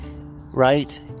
right